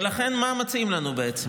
ולכן, מה מציעים לנו בעצם?